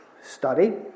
study